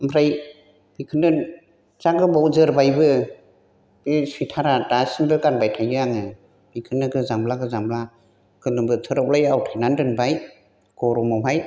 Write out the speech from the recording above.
ओमफ्राय बेखौनो जा गोबाव जोरबायबो बे सुइटारा दासिमबो गानबाय थायो आङो बेखौनो गोजांब्ला गोजांब्ला गोलोम बोथोरावलाय आवथायनानै दोनबाय गरमावहाय